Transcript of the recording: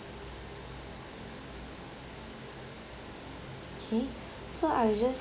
K so I'll just